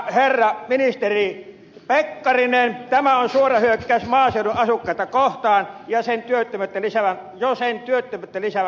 herra ministeri pekkarinen tämä on suora hyökkäys maaseudun asukkaita kohtaan jo sen työttömyyttä lisäävän luonteensa vuoksi